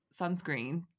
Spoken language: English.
sunscreen